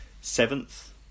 seventh